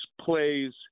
plays